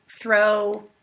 throw